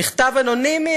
מכתב אנונימי,